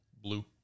Blue